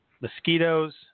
Mosquitoes